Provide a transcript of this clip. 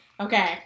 Okay